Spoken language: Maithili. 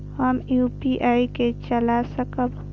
हम यू.पी.आई के चला सकब?